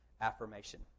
affirmation